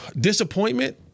Disappointment